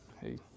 Hey